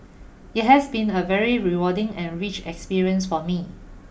it has been a very rewarding and rich experience for me